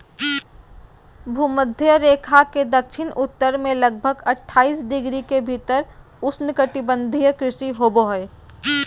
भूमध्य रेखा के दक्षिण उत्तर में लगभग अट्ठाईस डिग्री के भीतर उष्णकटिबंधीय कृषि होबो हइ